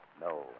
No